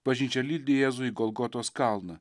bažnyčia lydi jėzų į golgotos kalną